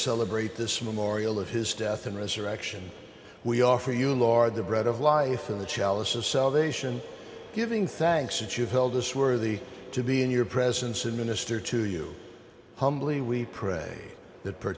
celebrate this memorial of his death and resurrection we offer you lord the bread of life in the chalice of salvation giving thanks it you've held us worthy to be in your presence and minister to you humbly we pray